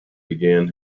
began